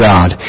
God